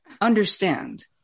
Understand